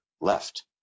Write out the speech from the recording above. left